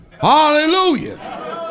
Hallelujah